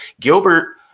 Gilbert